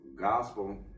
gospel